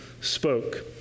spoke